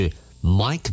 Mike